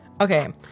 okay